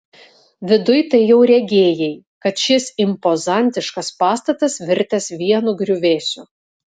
viduj tai jau regėjai kad šis impozantiškas pastatas virtęs vienu griuvėsiu